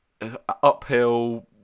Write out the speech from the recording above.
uphill